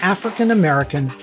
African-American